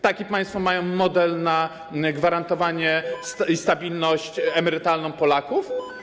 Taki państwo mają model na gwarantowanie i stabilność emerytalną Polaków?